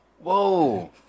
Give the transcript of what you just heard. Whoa